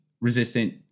resistant